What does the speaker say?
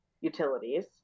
utilities